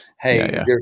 Hey